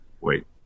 Wait